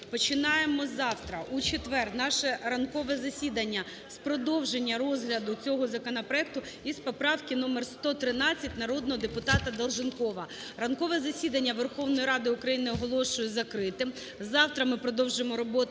Починаємо завтра, у четвер, наше ранкове засідання з продовження розгляду цього законопроекту із поправки номер 113 народного депутата Долженкова. Ранкове засідання Верховної Ради України оголошую закритим. Завтра ми продовжимо роботу